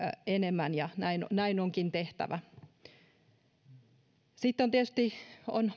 enemmän ja näin näin onkin tehtävä sitten on